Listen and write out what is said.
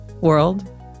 world